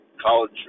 college